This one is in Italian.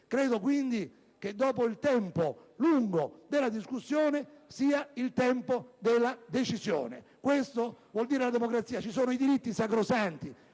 Credo che dopo il lungo tempo della discussione sia il tempo della decisione: questo vuol dire la democrazia. Ci sono i diritti sacrosanti